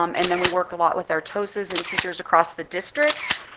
um and then we work a lot with our tosas and teachers across the district.